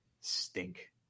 stink